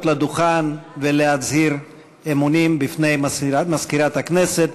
לדוכן ולהצהיר אמונים בפני מזכירת הכנסת.